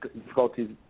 difficulties